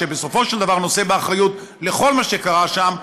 שבסופו של דבר נושא באחריות לכל מה שקרה שם,